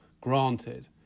granted